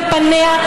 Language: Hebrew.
בפניה,